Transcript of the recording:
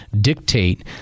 dictate